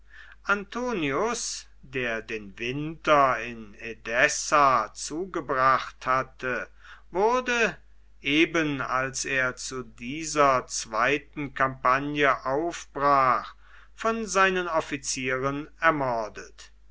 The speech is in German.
antoninus der den winter in edessa zugebracht hatte wurde eben als er zu dieser zweiten kampagne aufbrach von seinen offizieren ermordet